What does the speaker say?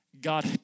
God